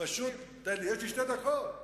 יש לי שתי דקות,